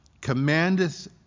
commandeth